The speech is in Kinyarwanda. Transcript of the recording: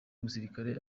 musirikare